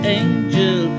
angel